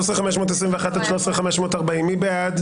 13,521 עד 13,540, מי בעד?